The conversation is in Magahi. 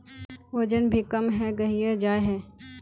वजन भी कम है गहिये जाय है?